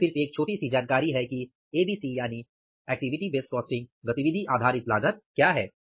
यह सिर्फ यह एक छोटी सी जानकारी है कि गतिविधि आधारित लागत क्या है